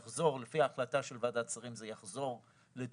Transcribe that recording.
לפי החלטה של ועדת שרים זה יחזור לדיון.